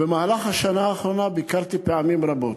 במהלך השנה האחרונה ביקרתי פעמים רבות.